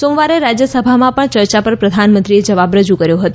સોમવારે રાજ્યસભામાં પણ ચર્ચા પર પ્રધાનમંત્રીએ જવાબ રજુ કર્યો હતો